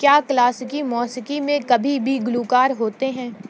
کیا کلاسیکی موسیقی میں کبھی بھی گلوکار ہوتے ہیں